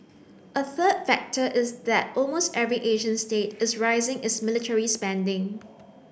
a third factor is that almost every Asian state is rising its military spending